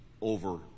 over